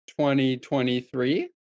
2023